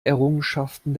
errungenschaften